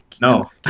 no